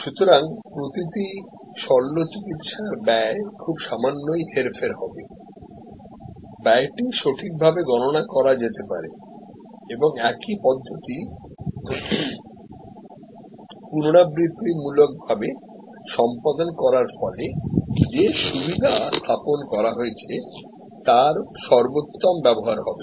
সুতরাং প্রতিটি শল্যচিকিত্সার ব্যয় খুব সামান্যই হেরফের হবে ব্যয়টি সঠিকভাবে গণনা করা যেতে পারে এবং একই পদ্ধতি পুনরাবৃত্তিমূলকভাবে সম্পাদন করার ফলেযে সুবিধা স্থাপন করা হয়েছে তার সর্বোত্তম ব্যবহার হবে